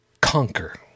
conquer